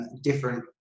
different